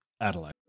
Adelaide